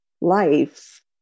life